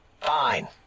Fine